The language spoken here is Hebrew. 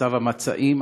מצב המצעים,